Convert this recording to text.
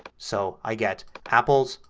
so i get apples,